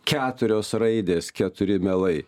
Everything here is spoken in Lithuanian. keturios raidės keturi melai